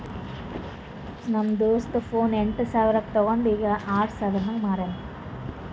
ನಮ್ದು ದೋಸ್ತ ಫೋನ್ ಎಂಟ್ ಸಾವಿರ್ಗ ತೊಂಡು ಈಗ್ ಆರ್ ಸಾವಿರ್ಗ ಮಾರ್ಯಾನ್